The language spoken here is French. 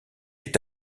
est